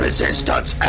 Resistance